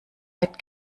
wird